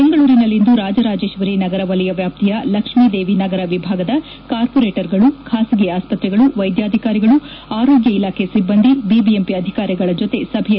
ಬೆಂಗಳೂರಿನಲ್ಲಿಂದು ರಾಜರಾಜೇಶ್ವರಿ ನಗರ ವಲಯ ವ್ಯಾಪ್ತಿಯ ಲಕ್ಷ್ಮೀದೇವಿನಗರ ವಿಭಾಗದ ಕಾರ್ಪೋರೇಟರ್ ಗಳು ಬಾಸಗಿ ಆಸ್ಪತ್ರೆಗಳು ವೈದ್ಯಾಧಿಕಾರಿಗಳು ಆರೋಗ್ಯ ಇಲಾಖೆ ಸಿಬ್ಬಂದಿ ಬಿಬಿಎಂಪಿ ಅಧಿಕಾರಿಗಳ ಜೊತೆ ಸಭೆಯಲ್ಲಿ ಅವರು ಮಾತನಾಡಿದರು